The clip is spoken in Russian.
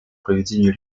проведению